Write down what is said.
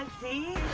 and see?